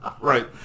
Right